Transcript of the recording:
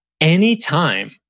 Anytime